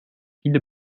viele